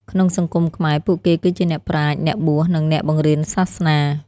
ក្នុងសង្គមខ្មែរ ពួកគេគឺជាអ្នកប្រាជ្ញ អ្នកបួស និងអ្នកបង្រៀនសាសនា។